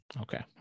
Okay